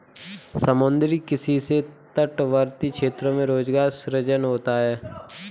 समुद्री किसी से तटवर्ती क्षेत्रों में रोजगार सृजन होता है